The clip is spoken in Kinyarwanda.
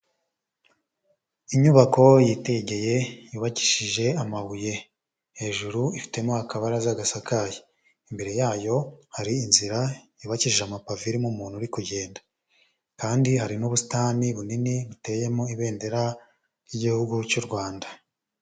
Inyubako yitegeye yubakishije amabuye, hejuru ifitemo akabaraza gasakaye, imbere yayo hari inzira yubakishije amapave urimo umuntu uri kugenda, kandi hari n'ubusitani bunini buteyemo ibendera ry'igihugu cy'u Rwanda.